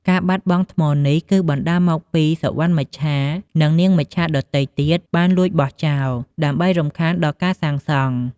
ការបាត់បង់ថ្មនេះគឺបណ្ដាលមកពីសុវណ្ណមច្ឆា និងនាងមច្ឆាដទៃទៀតបានលួចបោះចោល ដើម្បីរំខានដល់ការសាងសង់។